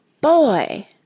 Boy